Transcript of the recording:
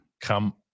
come